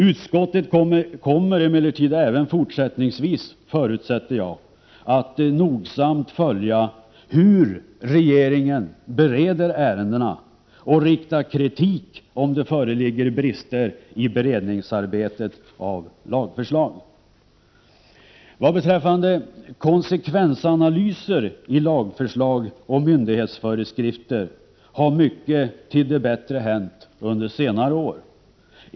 Utskottet kommer emellertid även fortsättningsvis, förutsätter jag, att nogsamt följa hur regeringen bereder ärenden och, om det föreligger brister i beredningen av lagförslag, framföra kritik. Vad beträffar konsekvensanalyser i lagförslag och myndighetsföreskrifter har mycket förändrats till det bättre under senare år.